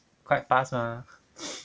quite fast mah